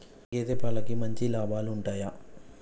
గేదే పాలకి మంచి లాభాలు ఉంటయా?